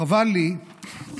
חבל לי שכשהגענו,